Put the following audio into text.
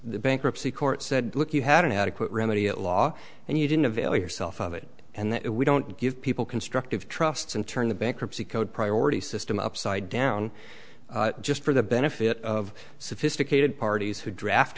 the bankruptcy court said look you had an adequate remedy at law and you didn't avail yourself of it and we don't give people constructive trusts and turn the bankruptcy code priority system upside down just for the benefit of sophisticated parties who draft